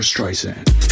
Streisand